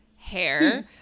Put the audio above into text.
hair